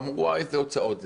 אמרו, אווי זה הוצאות.